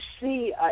see